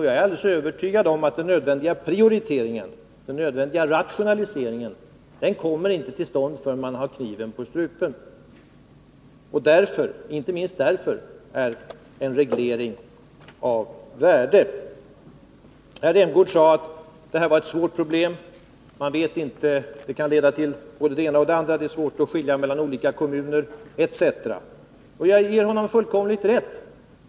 Jag är alldeles övertygad om att den nödvändiga prioriteringen och den nödvändiga rationaliseringen inte kommer till stånd förrän man har kniven på strupen. Inte minst därför är en reglering av värde. Herr Rämgård sade att detta var ett stort problem — det kan leda till både det ena och det andra, det är svårt att skilja mellan olika kommuner etc. Jag ger honom fullkomligt rätt.